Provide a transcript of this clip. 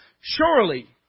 Surely